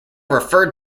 referred